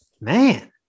Man